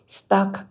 stuck